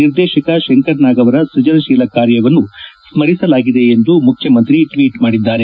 ನಿರ್ದೇಶಕ ಶಂಕರ್ನಾಗ್ ಅವರ ಸ್ವಜನತೀಲ ಕಾರ್ಯವನ್ನು ಸ್ವರಿಸಲಾಗಿದೆ ಎಂದು ಮುಖ್ಯಮಂತ್ರಿ ಟ್ವೀಟ್ ಮಾಡಿದ್ದಾರೆ